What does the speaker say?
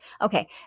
Okay